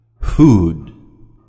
Food